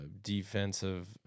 defensive